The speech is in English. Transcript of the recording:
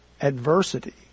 adversity